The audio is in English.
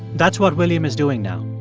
that's what william is doing now,